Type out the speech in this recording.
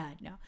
no